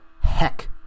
heck